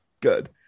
good